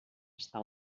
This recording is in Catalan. està